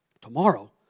Tomorrow